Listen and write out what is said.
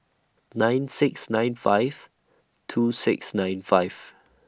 nine six nine five two six nine five